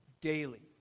daily